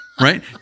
right